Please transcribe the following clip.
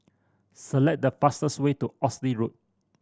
select the fastest way to Oxley Road